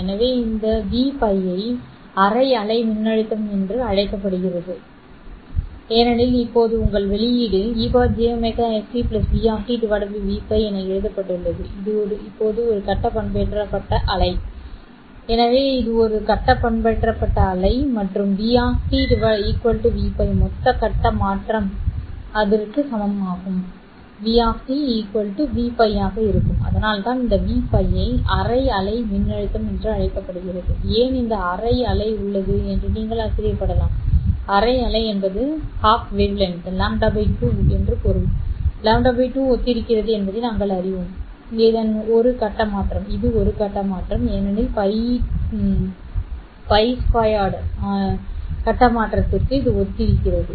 எனவே இந்த Vπ ஐ அரை அலை மின்னழுத்தம் என்று அழைக்கப்படுகிறது ஏனெனில் இப்போது உங்கள் வெளியீடு e jωst v Vπ என எழுதப்பட்டுள்ளது இது இப்போது ஒரு கட்ட பண்பேற்றப்பட்ட அலை சரியானது எனவே இது ஒரு கட்ட பண்பேற்றப்பட்ட அலை மற்றும் v Vπ மொத்த கட்ட மாற்றம் to க்கு சமமாக இருக்கும் அதனால்தான் இந்த Vπ ஐ அரை அலை மின்னழுத்தம் என்று அழைக்கப்படுகிறது ஏன் இந்த அரை அலை உள்ளது என்று நீங்கள் ஆச்சரியப்படலாம் அரை அலை என்பது λ 2 என்று பொருள் λ 2 ஒத்திருக்கிறது என்பதை நாங்கள் அறிவோம் of இன் ஒரு கட்ட மாற்றம் ஏனெனில் π 2 of இன் கட்ட மாற்றத்திற்கு ஒத்திருக்கிறது